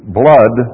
blood